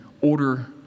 order